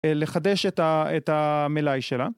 לחדש את המלאי שלה.